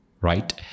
right